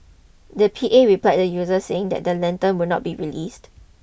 the P A replied the users saying that the lanterns would not be released